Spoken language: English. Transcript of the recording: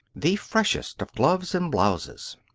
the freshest of gloves and blouses.